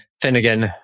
Finnegan